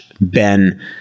Ben